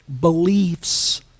beliefs